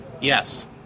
Yes